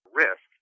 risk